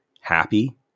happy